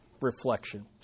reflection